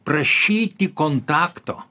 prašyti kontakto